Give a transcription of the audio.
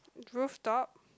roof top